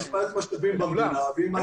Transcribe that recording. יש בעיית משאבים במדינה --- רם,